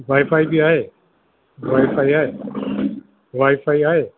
wifi बि आहे wifi आहे वाएफाए आहे